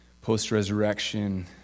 Post-resurrection